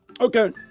Okay